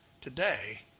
today